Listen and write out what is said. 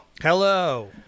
Hello